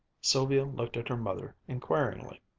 sylvia looked at her mother inquiringly.